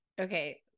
Okay